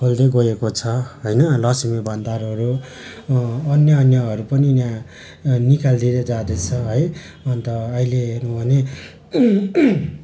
खोल्दै गएको छ होइन लक्ष्मी भण्डारहरू अन्य अन्यहरू पनि यहाँ निकालिँदै जाँदैछ है अन्त अहिले हो भने